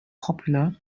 popular